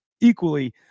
equally